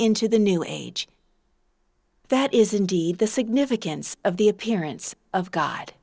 into the new age that is indeed the significance of the appearance of god